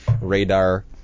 radar